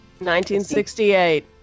1968